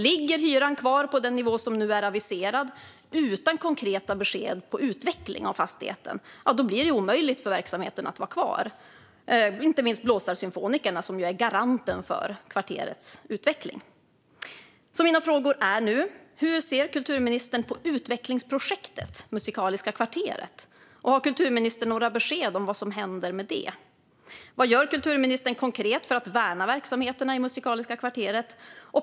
Ligger hyran kvar på den nivå som nu är aviserad utan konkreta besked om utveckling av fastigheten blir det omöjligt för verksamheterna att vara kvar. Det gäller inte minst Blåsarsymfonikerna, som ju är garanten för kvarterets utveckling. Mina frågor är nu: Hur ser kulturministern på utvecklingsprojektet Musikaliska kvarteret? Har kulturministern några besked om vad som händer med det? Vad gör kulturministern konkret för att värna verksamheterna i Musikaliska kvarteret?